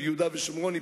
ביהודה ושומרון.